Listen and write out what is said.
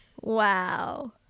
Wow